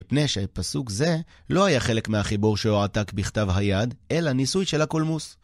מפני שפסוק זה לא היה חלק מהחיבור שהועתק בכתב היד, אלא ניסוי של הקולמוס.